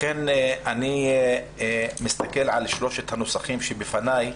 אני מסתכל על שלושת הנוסחים שבפניי.